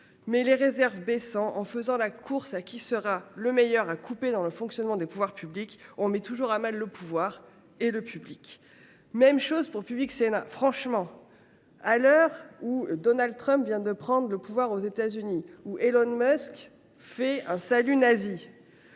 baisse des réserves, en faisant la course à celui qui coupera le plus dans le fonctionnement des pouvoirs publics, on mettra toujours à mal le pouvoir et le public ! C’est encore la même chose pour Public Sénat. Franchement, à l’heure où Donald Trump vient de prendre le pouvoir aux États Unis, où Elon Musk fait un salut nazi,